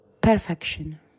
perfection